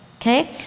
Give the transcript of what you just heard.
okay